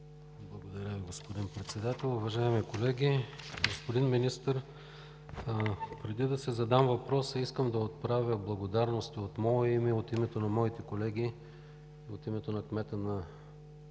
Благодаря, господин Председател. Уважаеми колеги, господин Министър! Преди да задам въпроса си, искам да отправя благодарност както от мое име, от името на моите колеги и от името на кмета на